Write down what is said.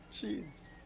Jeez